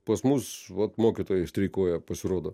pas mus vat mokytojai streikuoja pasirodo